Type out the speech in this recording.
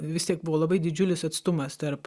vis tiek buvo labai didžiulis atstumas tarp